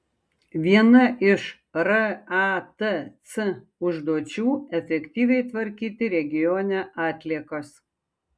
viena iš ratc užduočių efektyviai tvarkyti regione atliekas